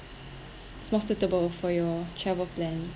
is more suitable for your travel plan